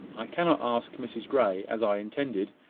i cannot ask mrs grey, as i intended,